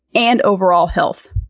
and overall health.